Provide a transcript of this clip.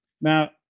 now